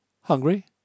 Hungry